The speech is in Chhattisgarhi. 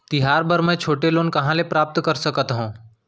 तिहार बर मै छोटे लोन कहाँ ले प्राप्त कर सकत हव?